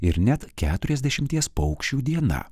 ir net keturiasdešimties paukščių diena